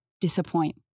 disappoint